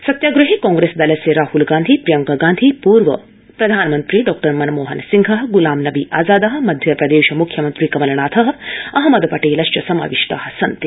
सत्याग्रहे कांग्रेसदलस्य राहलगान्धी प्रियंका गान्धी पूर्व प्रधानमन्त्री डॉ मनमोहन सिंहः ग्लामनबी आजाद मध्यप्रदेश म्ख्यमन्त्री कमलनाथ अहमद पटेलश्च समाविष्टा सन्ति